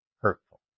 hurtful